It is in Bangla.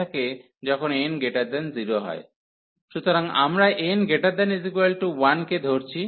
সুতরাং আমরা n≥1 কে ধরছি